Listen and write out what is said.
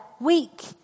week